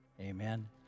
Amen